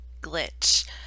glitch